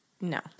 No